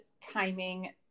timing